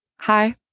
Hi